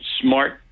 smart